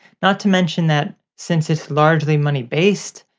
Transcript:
not to mention that since it's largely money based,